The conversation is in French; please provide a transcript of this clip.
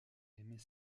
aimait